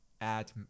add